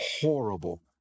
horrible